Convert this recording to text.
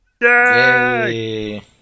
Yay